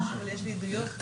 אבל יש לי עדויות.